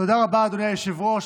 תודה רבה, אדוני היושב-ראש.